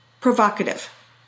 provocative